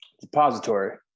Depository